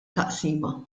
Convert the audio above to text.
taqsima